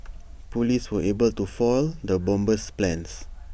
Police were able to foil the bomber's plans